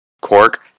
cork